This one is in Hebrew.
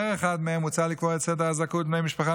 בהיעדר אחד מהם מוצע לקבוע את סדר הזכאות לבני משפחה